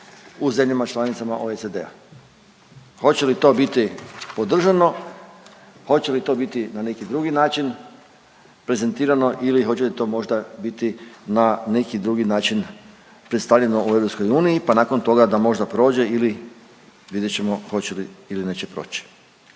u zemljama članicama OECD-a? Hoće li to biti podržano, hoće li to biti na neki drugi način prezentirano ili hoće li to možda biti na neki drugi način predstavljeno u EU, pa nakon toga da možda prođe ili vidjet ćemo hoće li ili neće proći.